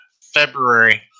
February